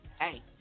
hey